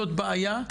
זאת בעיה,